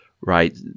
right